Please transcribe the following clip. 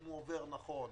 אם הוא עובר נכון,